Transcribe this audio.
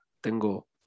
Tengo